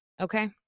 Okay